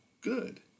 good